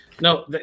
No